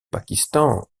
pakistan